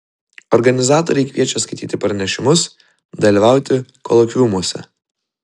organizatoriai kviečia skaityti pranešimus dalyvauti kolokviumuose